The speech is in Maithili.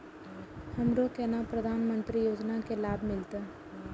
हमरो केना प्रधानमंत्री योजना की लाभ मिलते?